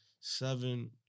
Seven